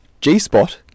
G-spot